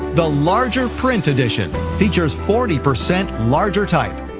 the larger print edition features forty percent larger type,